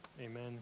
Amen